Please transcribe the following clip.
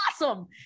awesome